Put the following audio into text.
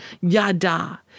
Yada